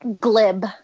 glib